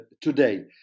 today